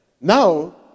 Now